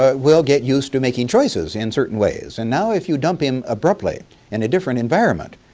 ah will get used to making choices in certain ways. and now if you dump him abruptly in a different environment,